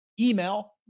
email